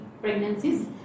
pregnancies